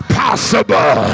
possible